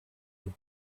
with